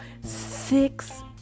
six